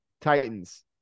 titans